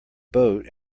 boat